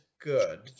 good